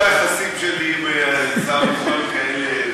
זה לא שהיחסים שלי עם שר הביטחון הם כאלה,